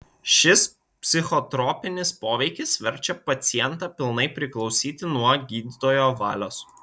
šis psichotropinis poveikis verčia pacientą pilnai priklausyti nuo gydytojo valios